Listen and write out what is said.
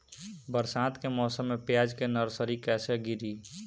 बरसात के मौसम में प्याज के नर्सरी कैसे गिरी?